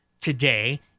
today